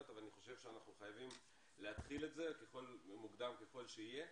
אבל אני חושב שאנחנו חייבים להתחיל את זה מוקדם ככל שיהיה.